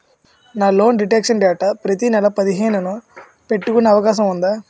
నా loan deduction date ప్రతి నెల పదిహేను న పెట్టుకునే అవకాశం ఉందా?